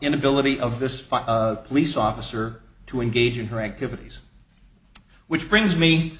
inability of this five police officer to engage in her activities which brings me